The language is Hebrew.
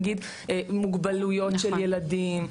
נגיד מוגבלויות של ילדים,